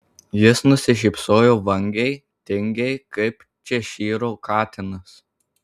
jis nusišypsojo vangiai tingiai kaip češyro katinas